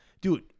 dude